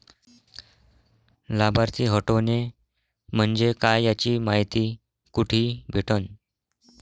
लाभार्थी हटोने म्हंजे काय याची मायती कुठी भेटन?